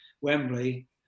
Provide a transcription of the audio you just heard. Wembley